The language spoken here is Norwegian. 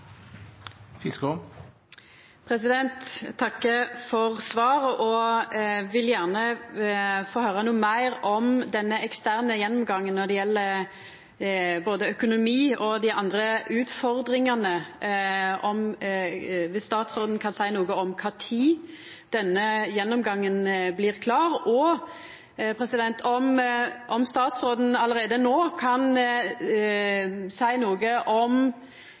Eg takkar for svaret og vil gjerne få høyra noko meir om denne eksterne gjennomgangen når det gjeld både økonomi og dei andre utfordringane. Kan statsråden seia noko om kva tid denne gjennomgangen blir klar? Og kan statsråden allereie no seia noko om det kan bli naudsynt å koma til Stortinget og be om